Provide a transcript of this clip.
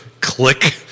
click